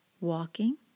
walking